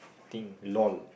I think lol